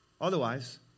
Otherwise